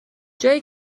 جایی